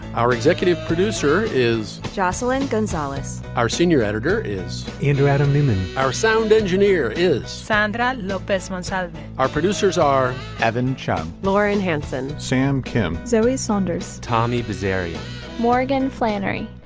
our executive producer is jocelyn gonzalez our senior editor is into adam newman our sound engineer is sandra lopez one of our producers are evan chen lauren hansen sam kim zoe saunders tommy azaria morgan flannery.